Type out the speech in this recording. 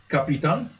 Kapitan